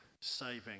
saving